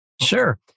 Sure